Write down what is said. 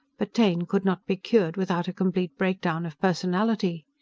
but taine could not be cured without a complete breakdown of personality.